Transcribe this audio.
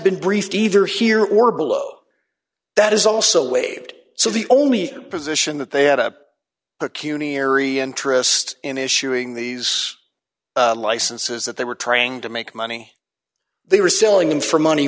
been briefed either here or below that is also waived so the only position that they had a acuity ery interest in issuing these licenses that they were trying to make money they were selling them for money